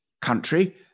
country